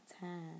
time